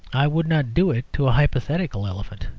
i would not do it to a hypothetical elephant.